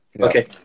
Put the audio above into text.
Okay